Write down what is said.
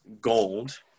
gold